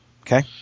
Okay